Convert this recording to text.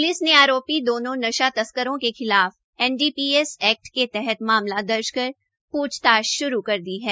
police ने आरोपी दोनों नशा तस्करों के खिलाफ N D P S act के तहत मामला दर्ज कर प्रछताछ शुरू कर दी है